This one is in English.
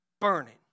burning